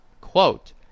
Quote